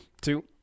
two